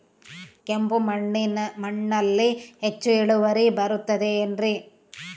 ಕೆಂಪು ಮಣ್ಣಲ್ಲಿ ಹೆಚ್ಚು ಇಳುವರಿ ಬರುತ್ತದೆ ಏನ್ರಿ?